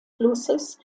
flusses